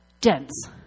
dense